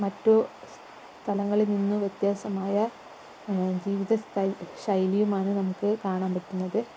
മറ്റു സ്ഥലങ്ങളിൽ നിന്ന് വ്യത്യാസമായ ജീവിതസ്തൈ ശൈലിയുമാണ് നമുക്ക് കാണാൻ പറ്റുന്നത്